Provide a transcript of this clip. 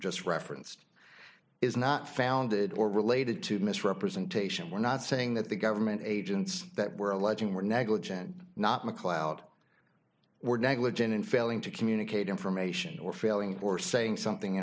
just referenced is not founded or related to misrepresentation we're not saying that the government agents that were alleging were negligent not nickel out were negligent in failing to communicate information or failing or saying something